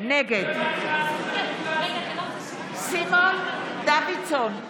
נגד סימון דוידסון,